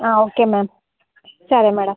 ఒకే ma'am సరే madam